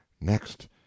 next